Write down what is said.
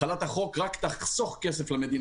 החלת החוק רק תחסוך כסף למדינה.